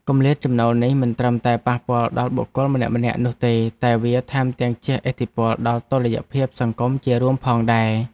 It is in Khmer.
គម្លាតចំណូលនេះមិនត្រឹមតែប៉ះពាល់ដល់បុគ្គលម្នាក់ៗនោះទេតែវាថែមទាំងជះឥទ្ធិពលដល់តុល្យភាពសង្គមជារួមផងដែរ។